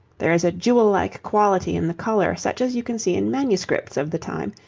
there is a jewel-like quality in the colour such as you can see in manuscripts of the time,